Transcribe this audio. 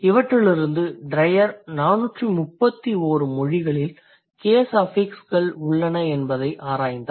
இவற்றிலிருந்து Dryer 431 மொழிகளில் case அஃபிக்ஸ்கள் உள்ளன என்பதை ஆராய்ந்தார்